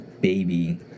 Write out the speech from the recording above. baby